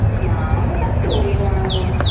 ନା ମ ସାର୍ କୋଡ଼ିଏ ଟଙ୍କା କ'ଣ